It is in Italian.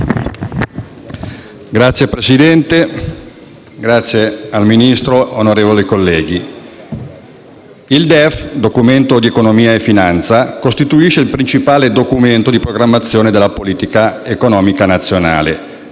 Signor Presidente, signor Ministro, onorevoli colleghi, il DEF, Documento di economia e finanza, costituisce il principale documento di programmazione della politica economica nazionale,